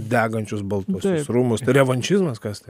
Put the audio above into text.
degančius baltuosius rūmus tai revanšizmas kas tai